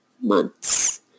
months